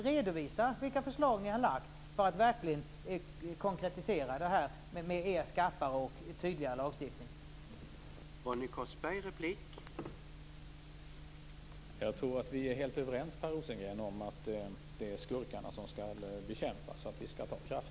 Redovisa vilka konkreta förslag till en skarpare och tydligare lagstiftning som ni har lagt fram!